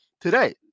today